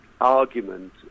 argument